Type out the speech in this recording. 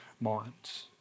minds